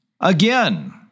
again